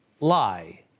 lie